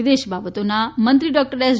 વિદેશી બાબતોના મંત્રી ડોકટર એસ